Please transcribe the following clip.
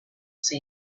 seen